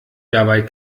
dabei